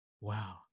wow